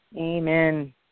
Amen